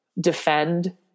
defend